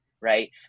right